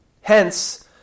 Hence